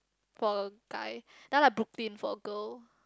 for a guy then like Brooklyn for a girl